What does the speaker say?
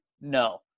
No